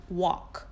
walk